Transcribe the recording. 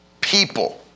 people